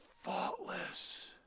faultless